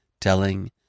telling